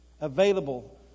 available